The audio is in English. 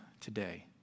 today